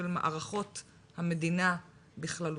של מערכות המדינה בכללותן.